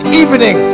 evening